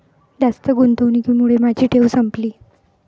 जास्त गुंतवणुकीमुळे माझी ठेव संपली